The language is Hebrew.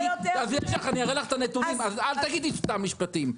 אני אראה לך את הנתונים, אז אל תגידי סתם משפטים.